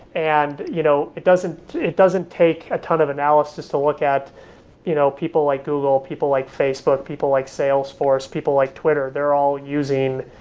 and you know it doesn't take it doesn't take a ton of analysis to look at you know people like google, people like facebook, people like salesforce, people like twitter. they are all using